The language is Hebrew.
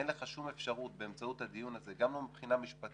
אין לך שום אפשרות באמצעות הדיון הזה גם לא מבחינה משפטית